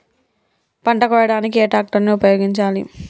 పంట కోయడానికి ఏ ట్రాక్టర్ ని ఉపయోగించాలి?